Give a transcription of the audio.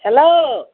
hello